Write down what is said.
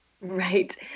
Right